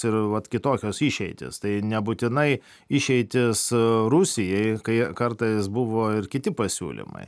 ir vat kitokios išeitys tai nebūtinai išeitys rusijai kai kartais buvo ir kiti pasiūlymai